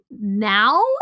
now